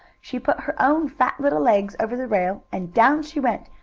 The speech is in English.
she put her own fat little legs over the rail, and down she went,